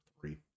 three